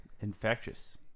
Infectious